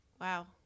Wow